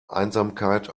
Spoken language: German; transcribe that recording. einsamkeit